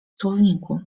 słowniku